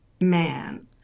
man